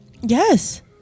yes